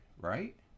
right